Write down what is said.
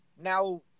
Now